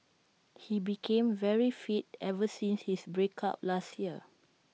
he became very fit ever since his break up last year